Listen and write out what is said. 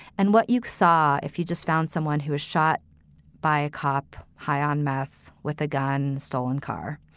and what you saw, if you just found someone who was shot by a cop high on meth with a gun, stolen car.